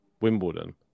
Wimbledon